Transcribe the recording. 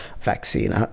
vaccine